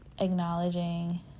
acknowledging